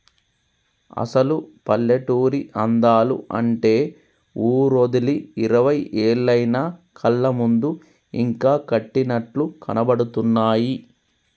అసలు పల్లెటూరి అందాలు అంటే ఊరోదిలి ఇరవై ఏళ్లయినా కళ్ళ ముందు ఇంకా కట్టినట్లు కనబడుతున్నాయి